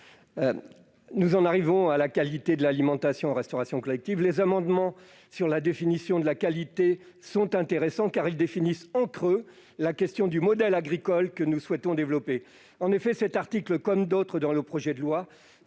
Nous en arrivons au sujet de la qualité de l'alimentation dans la restauration collective. Les amendements tendant à définir la qualité sont intéressants, car ils dessinent en creux le modèle agricole que nous souhaitons développer. En effet, cet article, comme d'autres dans le projet de loi,